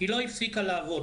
היא לא הפסיקה לעבוד.